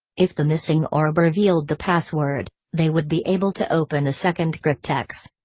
if the missing orb revealed the password, they would be able to open the second cryptex.